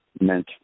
meant